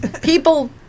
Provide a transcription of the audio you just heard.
people